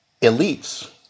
elites